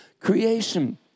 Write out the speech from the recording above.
creation